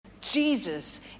Jesus